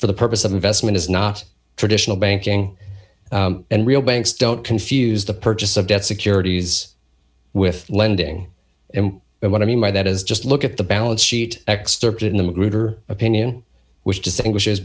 for the purpose of investment is not traditional banking and real banks don't confuse the purchase of debt securities with lending and what i mean by that is just look at the balance sheet excerpted in the magruder opinion which distinguishes